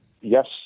yes